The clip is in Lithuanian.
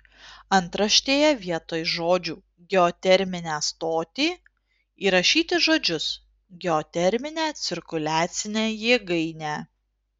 antraštėje vietoj žodžių geoterminę stotį įrašyti žodžius geoterminę cirkuliacinę jėgainę